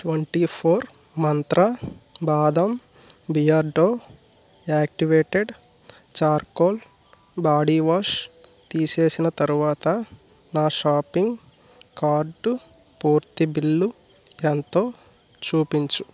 twenty four మంత్ర బాదం Beardo activated charcoal body wash తీసేసిన తరువాత నా షాపింగ్ కార్టు పూర్తి బిల్లు ఎంతో చూపించు